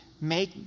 make